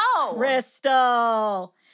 Crystal